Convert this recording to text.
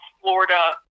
florida